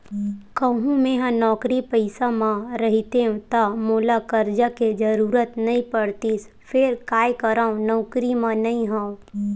कहूँ मेंहा नौकरी पइसा म रहितेंव ता मोला करजा के जरुरत नइ पड़तिस फेर काय करव नउकरी म नइ हंव